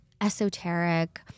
esoteric